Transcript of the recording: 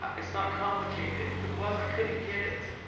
it's not complicated. if it was, i couldn't get it.